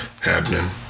happening